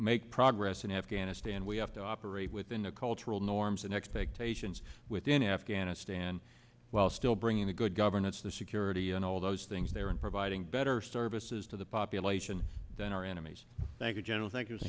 make progress in afghanistan we have to operate within the cultural norms and expectations within afghanistan while still bringing the good governance the security and all those things there and providing better services to the population than our enemies thank you general thank